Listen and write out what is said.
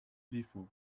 before